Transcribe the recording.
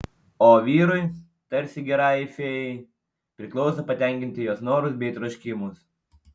o vyrui tarsi gerajai fėjai priklauso patenkinti jos norus bei troškimus